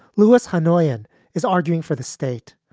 lewis high noyan is arguing for the state.